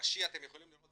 בראשי אתם יכולים לראות,